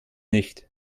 nicht